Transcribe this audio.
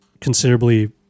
considerably